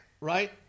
right